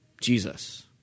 Jesus